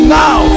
now